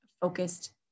focused